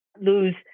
lose